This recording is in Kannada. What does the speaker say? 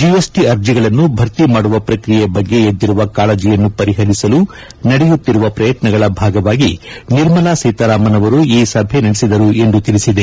ಜಿಎಸ್ಟಿ ಅರ್ಜಿಗಳನ್ನು ಭರ್ತಿ ಮಾಡುವ ಪ್ರಕ್ರಿಯೆ ಬಗ್ಗೆ ಎದ್ದಿರುವ ಕಾಳಜಿಯನ್ನು ಪರಿಹರಿಸಲು ನಡೆಯುತ್ತಿರುವ ಪ್ರಯತ್ನಗಳ ಭಾಗವಾಗಿ ನಿರ್ಮಲಾ ಸೀತಾರಾಮನ್ ಅವರು ಈ ಸಭೆ ನಡೆಸಿದರು ಎಂದು ತಿಳಿಸಿದೆ